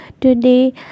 Today